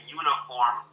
uniform